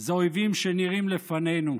זה אויבים שנראים לפנינו.